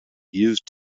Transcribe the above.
used